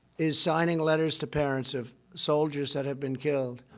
is signing letters to parents of soldiers that have been killed.